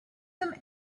them